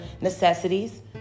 necessities